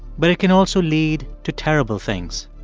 but it can also lead to terrible things.